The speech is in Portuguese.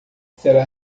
será